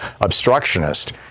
obstructionist